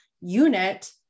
unit